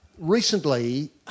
recently